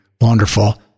wonderful